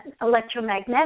electromagnetic